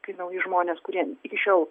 kai nauji žmonės kurie iki šiol